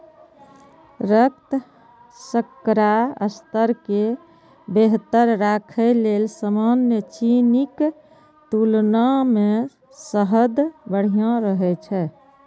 रक्त शर्करा स्तर कें बेहतर राखै लेल सामान्य चीनीक तुलना मे शहद बढ़िया रहै छै